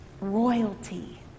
royalty